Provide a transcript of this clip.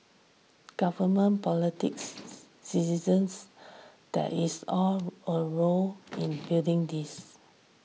government politics citizens there is all a role in building this